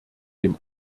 dem